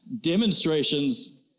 demonstrations